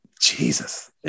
Jesus